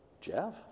Jeff